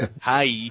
Hi